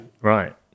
right